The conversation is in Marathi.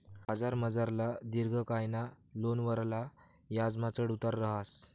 बजारमझारला दिर्घकायना लोनवरला याजमा चढ उतार रहास